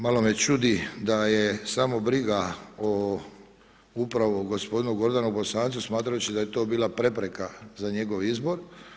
Malo me čudi da je samo briga o upravo o gospodinu Gordanu Bosancu, smatrajući da je to bila prepreka za njegov izbor.